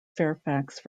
fairfax